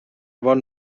bon